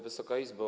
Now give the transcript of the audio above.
Wysoka Izbo!